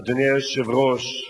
אדוני היושב-ראש,